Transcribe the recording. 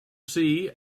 see